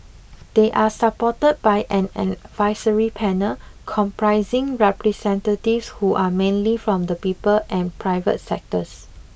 they are supported by an advisory panel comprising representatives who are mainly from the people and private sectors